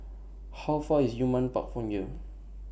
How Far IS Yunnan Park from here